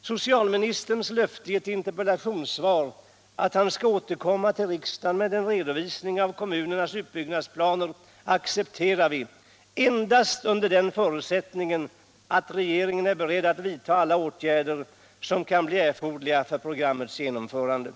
Socialministerns löfte i ett interpellationssvar att han skall återkomma till riksdagen med en redovisning av kommunernas utbyggnadsplaner accepterar vi endast under den förutsättningen att regeringen är beredd att vidta alla åtgärder som kan bli erforderliga för programmets genomförande.